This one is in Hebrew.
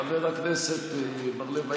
חבר הכנסת בר לב,